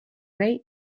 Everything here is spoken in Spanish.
rey